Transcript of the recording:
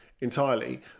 entirely